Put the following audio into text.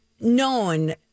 known